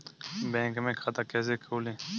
Bank में खाता कैसे खोलें?